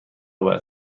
باید